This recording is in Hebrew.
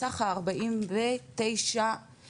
מסך 49 שהוכרו,